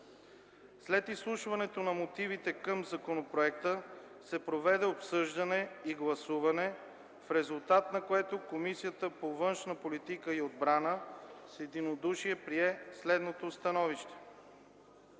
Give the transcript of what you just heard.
След изслушването на мотивите към законопроекта се проведе обсъждане и гласуване, в резултат на което Комисията по външна политика и отбрана с единодушие прие следното становище: